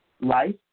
Life